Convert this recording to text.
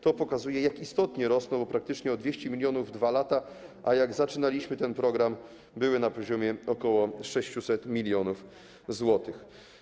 To pokazuje, jak istotnie te środki rosną, praktycznie o 200 mln w 2 lata, a jak zaczynaliśmy ten program, były na poziomie ok. 600 mln zł.